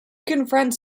confronts